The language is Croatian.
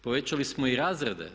Povećali smo i razrede.